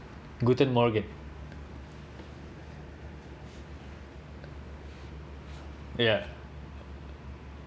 guten morgen ya